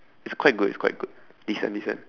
it's quite good it's quite good this one this one